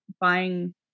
buying